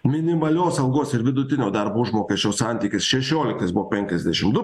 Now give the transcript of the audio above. minimalios algos ir vidutinio darbo užmokesčio santykis šešioliktais buvo penkiasdešim du